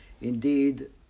indeed